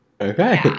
Okay